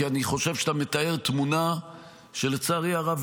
כי אני חושב שאתה מתאר תמונה שלצערי הרב,